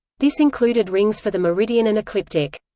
this included rings for the meridian and ecliptic.